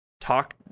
Talk